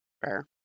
Fair